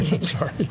sorry